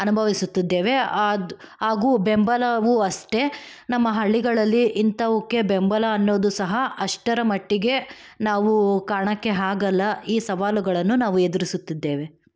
ಅನುಭವಿಸುತ್ತಿದ್ದೇವೆ ಆದ್ ಹಾಗೂ ಬೆಂಬಲವೂ ಅಷ್ಟೇ ನಮ್ಮ ಹಳ್ಳಿಗಳಲ್ಲಿ ಇಂಥವಕ್ಕೆ ಬೆಂಬಲ ಅನ್ನೋದು ಸಹ ಅಷ್ಟರ ಮಟ್ಟಿಗೆ ನಾವು ಕಾಣೋಕ್ಕೆ ಆಗಲ್ಲ ಈ ಸವಾಲುಗಳನ್ನು ನಾವು ಎದುರಿಸುತ್ತಿದ್ದೇವೆ